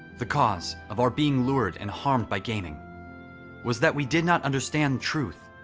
the cause of our being lured and harmed by gaming was that we did not understand truth